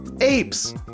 apes